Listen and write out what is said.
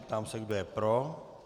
Ptám se, kdo je pro.